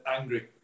angry